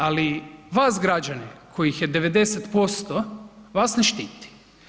Ali vas građane kojih je 90%, vas ne štiti.